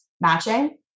matching